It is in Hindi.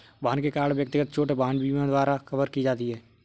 वाहन के कारण व्यक्तिगत चोट वाहन बीमा द्वारा कवर की जाती है